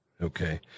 Okay